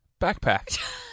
Backpack